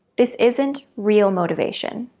this isn't real motivation.